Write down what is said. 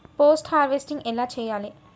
Post harvesting ఎలా చెయ్యాలే?